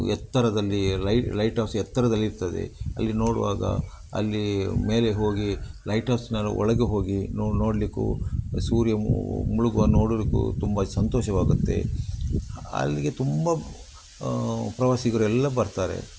ಎತ್ತರದಲ್ಲಿ lighthouse ಎತ್ತರದಲ್ಲಿ ಇರ್ತದೆ ಅಲ್ಲಿ ನೋಡುವಾಗ ಅಲ್ಲಿ ಮೇಲೆ ಹೋಗಿ ಲೈಟ್ ಹೌಸಿನ ಒಳಗೆ ಹೋಗಿ ನೋಡಲಿಕ್ಕು ಸೂರ್ಯ ಮುಳುಗುವ ನೋಡಲಿಕ್ಕು ತುಂಬ ಸಂತೋಷವಾಗುತ್ತೆ ಅಲ್ಲಿಗೆ ತುಂಬ ಪ್ರವಾಸಿಗರು ಎಲ್ಲ ಬರ್ತಾರೆ